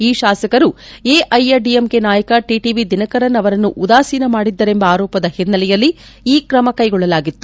ಈ ಶಾಸಕರು ಎಐಎಡಿಎಂಕೆ ನಾಯಕ ಟಿಟಿವಿ ದಿನಕರನ್ ಅವರನ್ನು ಉದಾಸೀನ ಮಾಡಿದ್ದರೆಂಬ ಆರೋಪದ ಹಿನ್ನೆಲೆಯಲ್ಲಿ ಈ ಕ್ರಮ ಕೈಗೊಳ್ಳಲಾಗಿತ್ತು